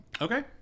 okay